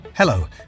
Hello